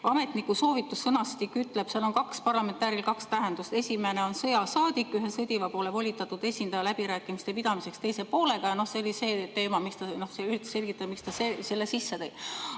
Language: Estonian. "Ametniku soovitussõnastiku" järgi on parlamentääril kaks tähendust. Esimene tähendus on sõjasaadik – ühe sõdiva poole volitatud esindaja läbirääkimiste pidamiseks teise poolega. See oli see teema, mida ta üritas selgitada, miks ta selle sõna sisse tõi.